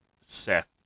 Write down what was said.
Seth